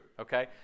okay